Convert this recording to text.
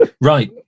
Right